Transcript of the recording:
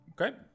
Okay